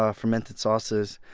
ah fermented sauces,